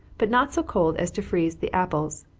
but not so cold as to freeze the apples.